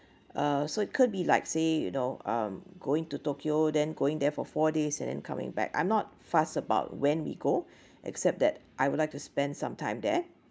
uh so it could be like say you know um going to tokyo then going there for four days and then coming back I'm not fuss about when we go except that I would like to spend some time there